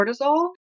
cortisol